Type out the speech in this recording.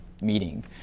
meeting